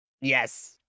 Yes